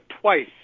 twice